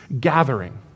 Gathering